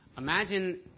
Imagine